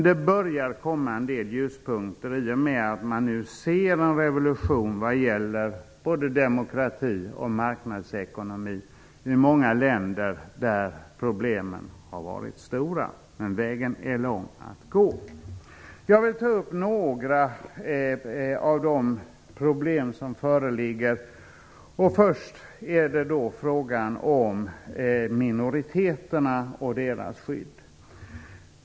Det börjar komma en del ljuspunkter i och med att man nu ser en revolution vad gäller demokrati och marknadsekonomi i många länder där problemen har varit stora, men vägen är lång att gå. Jag vill ta upp några av de problem som föreligger. Först är det frågan om minoriteterna och deras skydd.